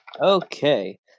Okay